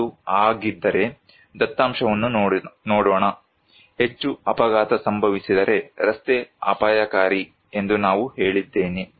ಅದು ಹಾಗಿದ್ದರೆ ದತ್ತಾಂಶವನ್ನು ನೋಡೋಣ ಹೆಚ್ಚು ಅಪಘಾತ ಸಂಭವಿಸಿದರೆ ರಸ್ತೆ ಅಪಾಯಕಾರಿ ಎಂದು ನಾವು ಹೇಳಿದ್ದೇವೆ